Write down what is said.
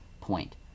point